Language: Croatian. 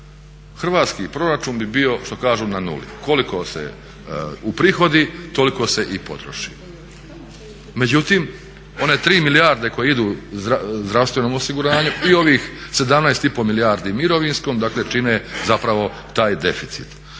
hrvatski proračun bi bio što kažu na 0. Koliko se uprihodi toliko se i potroši. Međutim, one 3 milijarde koje idu zdravstvenom osiguranju i ovih 17,5 milijardi mirovinskom dakle čine zapravo taj deficit.